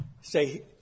say